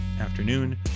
afternoon